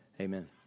Amen